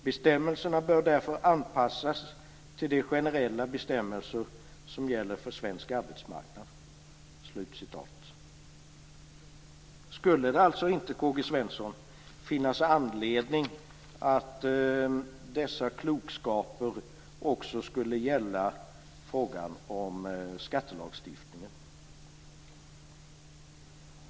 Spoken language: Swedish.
Bestämmelserna bör därför anpassas till de generella bestämmelser som gäller för svensk arbetsmarknad." Skulle det alltså inte finnas anledning, K-G Svensson, att låta dessa klokskaper också gälla i frågan om skattelagstiftningen?